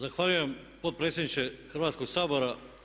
Zahvaljujem potpredsjedniče Hrvatskog sabora.